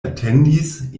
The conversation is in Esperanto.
atendis